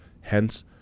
Hence